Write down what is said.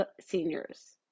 seniors